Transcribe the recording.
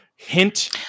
hint